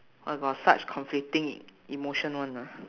!wah! got such conflicting emotion [one] ah